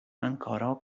ankoraŭ